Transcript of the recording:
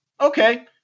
Okay